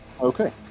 Okay